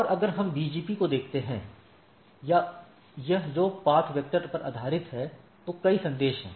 और अगर हम बीजीपी को देखते हैं या यह जो पथ वेक्टर पर आधारित है तो कई संदेश हैं